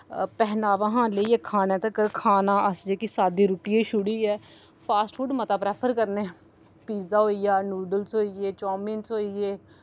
पैह्नावा हा लेईयै खाना तकर खाना अस जेह्की साद्धी रुट्टिये छुडियै फास्ट फूड मता प्रैफर करने पीजा होईया नूडलस होईये चामिनस होईये